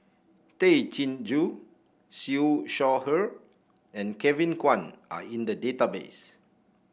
Tay Chin Joo Siew Shaw Her and Kevin Kwan are in the database